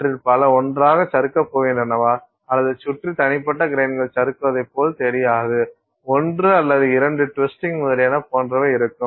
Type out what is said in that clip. அவற்றில் பல ஒன்றாகச் சறுக்கப் போகின்றனவா அல்லது சுற்றி தனிப்பட்ட கிரைன்கள் சறுக்குவதைப் போல தெரியாது ஒன்று அல்லது இரண்டு டிவிஸ்டிங் முதலியன போன்றவை இருக்கும்